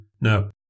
no